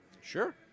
sure